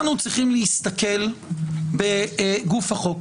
אנחנו צריכים להסתכל בגוף החוק.